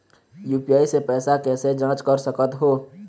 UPI से पैसा कैसे जाँच कर सकत हो?